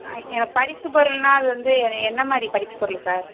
இந்த பரிசுப் பொருள்னால் அது வந்து என்ன என்னமாதிரி பரிசுப் பொருள் சார்